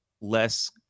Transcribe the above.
less